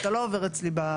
אתה לא עובר אצלי.